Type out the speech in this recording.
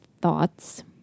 thoughts